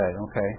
Okay